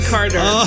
Carter